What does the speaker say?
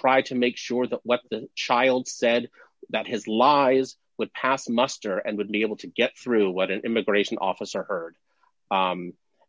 try to make sure that what the child said that his lies would pass muster and would be able to get through what an immigration officer heard